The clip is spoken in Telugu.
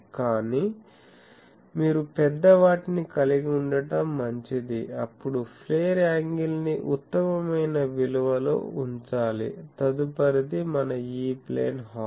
కానీ మీరు పెద్ద వాటిని కలిగి ఉండటం మంచిది అప్పుడు ప్లేర్ యాంగిల్ ని ఉత్తమమైన విలువలో ఉంచాలి తదుపరిది మన E ప్లేన్ హార్న్